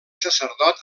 sacerdot